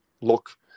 look